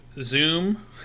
Zoom